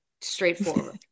straightforward